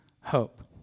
hope